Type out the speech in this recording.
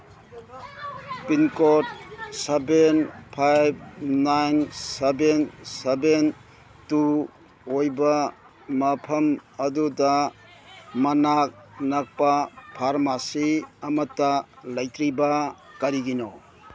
pin code seven five nine seven seven two ꯑꯣꯏꯕ ꯃꯐꯝ ꯑꯗꯨꯗ ꯃꯅꯥꯛ ꯅꯛꯄ ꯐꯥꯔꯃꯥꯁꯤ ꯑꯃꯠꯇ ꯂꯩꯇ꯭ꯔꯤꯕ ꯀꯔꯤꯒꯤꯅꯣ